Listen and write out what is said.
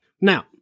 Now